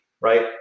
right